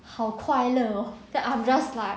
好快乐 oo then I am just like